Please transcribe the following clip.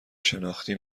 شناختی